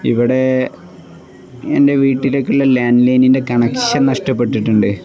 ഇവിടെ എൻ്റെ വീട്ടിലേക്കുള്ള ലാൻഡ് ലൈനിിൻ്റെ കണക്ഷൻ നഷ്ടപ്പെട്ടിട്ടുണ്ട്